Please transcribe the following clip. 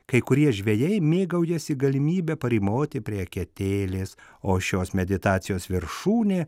kai kurie žvejai mėgaujasi galimybe parymoti prie eketėlės o šios meditacijos viršūnė